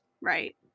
Right